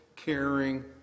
Caring